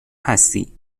هستی